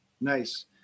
Nice